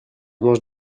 mange